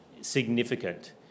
significant